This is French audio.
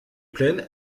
plaine